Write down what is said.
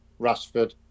Rashford